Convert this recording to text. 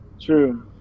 True